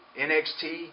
NXT